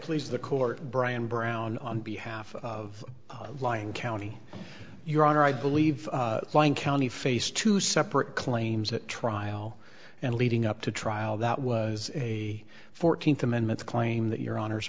please the court brian brown on behalf of lying county your honor i believe the face to separate claims at trial and leading up to trial that was a fourteenth amendment claim that your honors